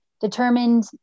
determined